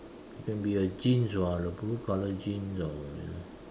it can be a jeans [what] the blue colour jeans or you know